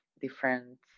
different